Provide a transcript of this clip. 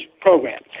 program